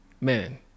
Man